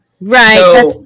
right